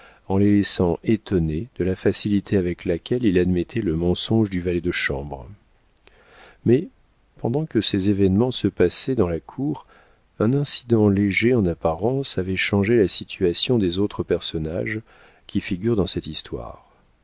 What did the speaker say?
en les laissant étonnés de la facilité avec laquelle il admettait le mensonge du valet de chambre mais pendant que ces événements se passaient dans la cour un incident assez léger en apparence avait changé la situation des autres personnages qui figurent dans cette histoire